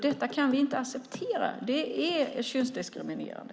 Detta kan vi inte acceptera. Det är könsdiskriminerande.